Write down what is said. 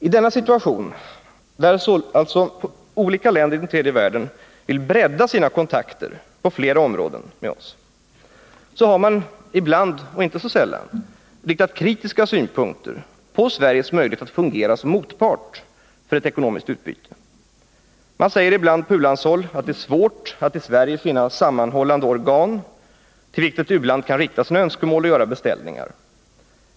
I denna situation, där alltså olika länder i den tredje världen vill bredda sina kontakter med oss på flera områden, har man inte så sällan riktat kritiska synpunkter mot Sveriges möjligheter att fungera som motpart för ett ekonomiskt utbyte. Man säger ibland på u-landshåll att det är svårt att i Sverige finna ett sammanhållande organ, till vilket u-landet kan rikta sina önskemål och där man kan göra beställningar.